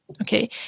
okay